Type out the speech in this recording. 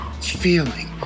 feeling